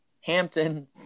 Hampton